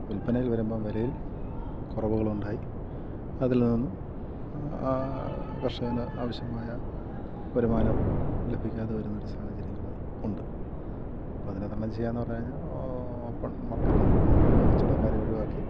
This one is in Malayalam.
വിൽപ്പനയിൽ വരുമ്പം വിലയിൽ കുറവുകുകളുണ്ടായി അതിൽ നിന്നും ആ കർഷകന് ആവശ്യമായ വരുമാനം ലഭിക്കാതെ വരുന്ന ഒരു സാഹചര്യങ്ങൾ ഉണ്ട് അപ്പം അതിനെ തണം ചെയ്യുക എന്നു പറഞ്ഞു കഴിഞ്ഞാൽ ഓപ്പൺ മാർക്കറ്റിങ്ങ് കച്ചവടക്കാരെ ഒഴിവാക്കി